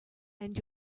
and